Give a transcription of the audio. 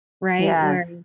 right